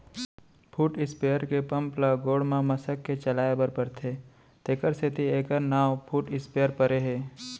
foot sprayer के pump ल गोड़ म मसक के चलाए बर परथे तेकर सेती एकर नांव फुट स्पेयर परे हे